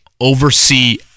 oversee